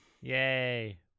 Yay